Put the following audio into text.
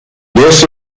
this